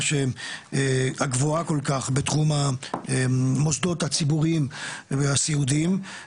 הגבוהה כל כך בתחום המוסדות הציבוריים והסיעודיים,